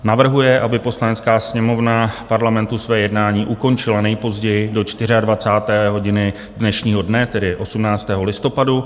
navrhuje, aby Poslanecká sněmovna Parlamentu své jednání ukončila nejpozději do 24. hodiny dnešního dne, tedy 18. listopadu;